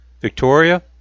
Victoria